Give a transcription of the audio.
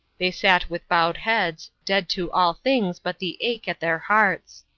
they sat with bowed heads, dead to all things but the ache at their hearts.